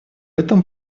этом